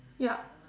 ya